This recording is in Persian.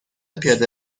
پیاده